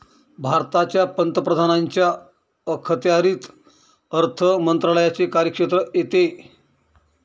भारताच्या पंतप्रधानांच्या अखत्यारीत अर्थ मंत्रालयाचे कार्यक्षेत्र येते